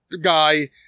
guy